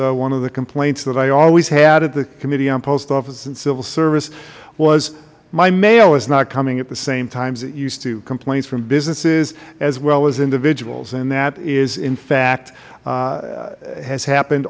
one of the complaints that i always had at the committee on post office and civil service was my mail is not coming at the same times it used to complaints from businesses as well as individuals and that in fact has happened